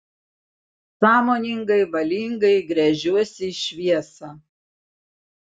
sąmoningai valingai gręžiuosi į šviesą